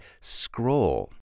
scroll